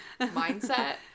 mindset